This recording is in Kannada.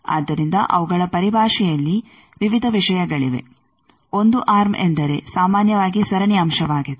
ಆದ್ದರಿಂದ ಅವುಗಳ ಪರಿಭಾಷೆಯಲ್ಲಿ ವಿವಿಧ ವಿಷಯಗಳಿವೆ 1 ಆರ್ಮ್ ಎಂದರೆ ಸಾಮಾನ್ಯವಾಗಿ ಸರಣಿ ಅಂಶವಾಗಿದೆ